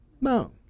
No